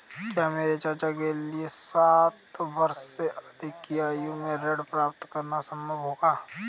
क्या मेरे चाचा के लिए साठ वर्ष से अधिक की आयु में ऋण प्राप्त करना संभव होगा?